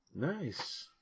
Nice